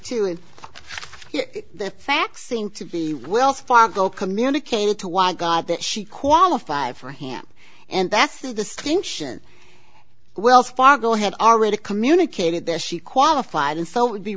and the facts seem to be wells fargo communicated to why i got that she qualified for hamp and that's the distinction wells fargo had already communicated that she qualified and so it would be